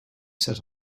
set